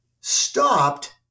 stopped